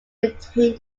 maintained